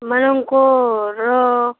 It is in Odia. ମାନଙ୍କର